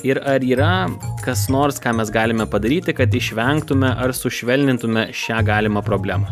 ir ar yra kas nors ką mes galime padaryti kad išvengtume ar sušvelnintume šią galimą problemą